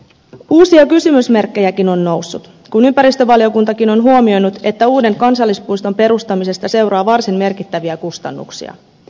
uusia kysymysmerkkejäkin on noussut kun ympäristövaliokuntakin on huomioinut että uuden kansallispuiston perustamisesta seuraa varsin merkittäviä kustannuksia